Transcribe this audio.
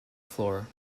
floor